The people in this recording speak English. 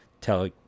tell